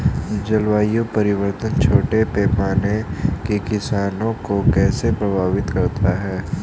जलवायु परिवर्तन छोटे पैमाने के किसानों को कैसे प्रभावित करता है?